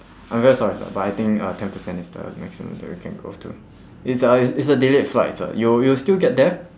I'm very sorry sir but I think uh ten percent is the maximum that we can go to it's a it's it's a delayed flight sir you will still get there